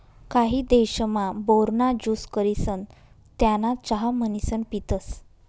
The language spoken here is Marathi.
काही देशमा, बोर ना ज्यूस करिसन त्याना चहा म्हणीसन पितसं